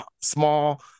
small